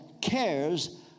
cares